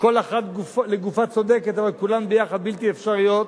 כל אחת לגופה צודקת, אבל כולן יחד בלתי אפשריות,